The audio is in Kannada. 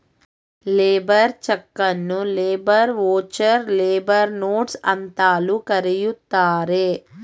ಲೇಬರ್ ಚಕನ್ನು ಲೇಬರ್ ವೌಚರ್, ಲೇಬರ್ ನೋಟ್ಸ್ ಅಂತಲೂ ಕರೆಯುತ್ತಾರೆ